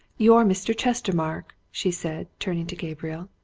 you're mr. chestermarke! she said, turning to gabriel.